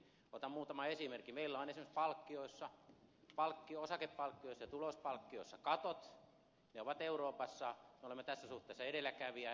meillä on esimerkiksi osakepalkkioissa ja tulospalkkioissa katot me olemme tässä suhteessa euroopassa edelläkävijä